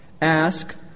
ask